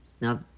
Now